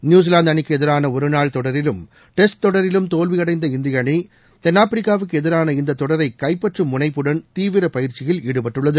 New Zealand அணிக்கு எதிரான ஒருநாள் தொடரிலும் டெஸ்ட் தொடரிலும் தோல்வியடைந்த இந்திய அணி தென்னாப்பிரிக்காவுக்கு எதிரான இந்த தொடரை கைப்பற்றும் முனைப்புடன் தீவிர பயிற்சி ஈடுபட்டுள்ளது